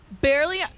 Barely